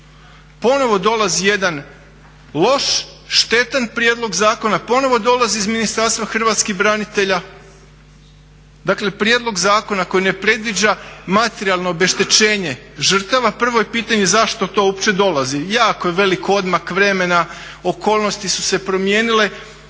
Ponovo dolazi jedan loš, štetan prijedlog zakona, ponovo dolazi iz Ministarstva hrvatskih branitelja. Dakle, prijedlog zakona koji ne predviđa materijalno obeštećenje žrtava. Prvo je pitanje zašto to uopće dolazi. Jako je velik odmak vremena, okolnosti su se promijenile